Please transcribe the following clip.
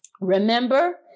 remember